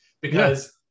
because-